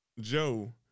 Joe